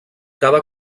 cada